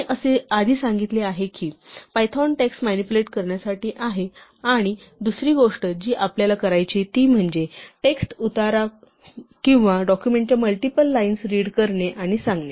मी आधी सांगितले की पायथॉन टेक्स्ट मॅनिप्युलेट करण्यासाठी आहे आणि एक दुसरी गोष्ट जी आपल्याला करायची आहे ती म्हणजे टेक्स्ट उतारा किंवा डॉक्युमेंटच्या मल्टिपल लाईन्स रीड करणे आणि सांगणे